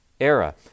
era